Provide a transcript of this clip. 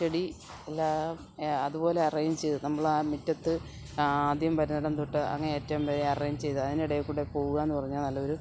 ചെടി എല്ലാം അതുപോലെ അറേൻചെയ്ത് നമ്മളാ മുറ്റത്ത് ആദ്യം വരുന്നിടം തൊട്ട് അങ്ങേ അറ്റം വരെ അറേൻചെയ്ത് അതിനിടയില്ക്കൂടെ പോവാന്ന് പറഞ്ഞാല് നല്ലൊരു